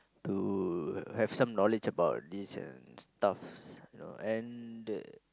to have some knowledge about this and stuff you know and the